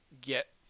get